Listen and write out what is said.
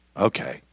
Okay